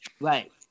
Right